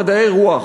מדעי הרוח,